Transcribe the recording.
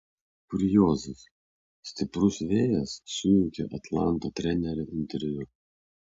kuriozas stiprus vėjas sujaukė atlanto trenerio interviu